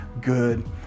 good